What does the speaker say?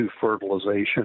fertilization